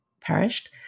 perished